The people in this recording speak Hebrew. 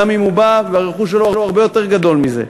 גם אם הוא בא והרכוש שלו הרבה יותר גדול מזה.